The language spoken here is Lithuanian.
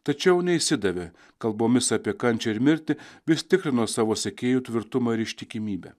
tačiau neišsidavė kalbomis apie kančią ir mirtį vis tikrino savo sekėjų tvirtumą ir ištikimybę